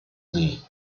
lee